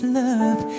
love